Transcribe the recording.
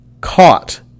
caught